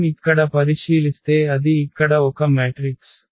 మనం ఇక్కడ పరిశీలిస్తే అది ఇక్కడ ఒక మ్యాట్రిక్స్